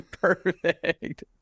Perfect